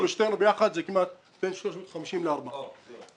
לשלושתנו ביחד יש בין 350 ל-400 מיטות.